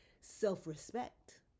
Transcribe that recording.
self-respect